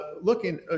looking